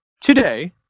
today